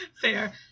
Fair